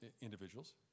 individuals